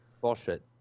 Bullshit